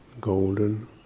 golden